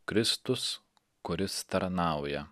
kristus kuris tarnauja